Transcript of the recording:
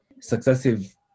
successive